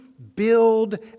Build